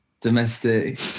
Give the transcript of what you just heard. domestic